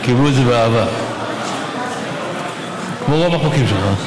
הם קיבלו את זה באהבה, כמו את רוב החוקים שלך.